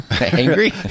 angry